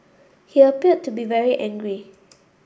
he appeared to be very angry